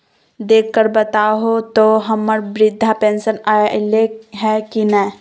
देख कर बताहो तो, हम्मर बृद्धा पेंसन आयले है की नय?